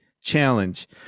challenge